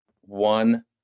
one